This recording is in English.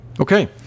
Okay